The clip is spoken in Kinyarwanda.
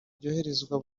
byoherezwa